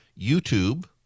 YouTube